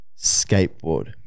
skateboard